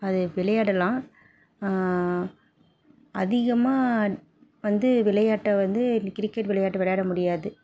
அது விளையாடலாம் அதிகமாக வந்து விளையாட்ட வந்து கிரிக்கெட் விளையாட்டை விளையாட முடியாது